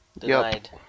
Denied